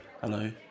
Hello